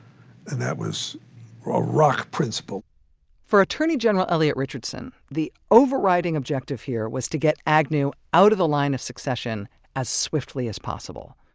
and that was a rock principle for attorney general elliot richardson, the overriding objective here was to get agnew out of the line of succession as swiftly as possible.